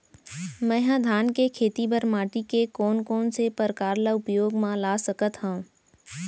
मै ह धान के खेती बर माटी के कोन कोन से प्रकार ला उपयोग मा ला सकत हव?